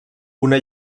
una